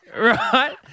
right